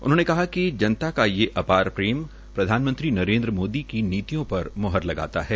उन्होंने कहा कि जनता का यह अपार प्रेम प्रधानमंत्री नरेन्द्र मोदी की नीतियों पर मोहर लगाता है